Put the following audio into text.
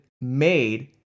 made